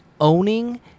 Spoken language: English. owning